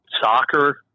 soccer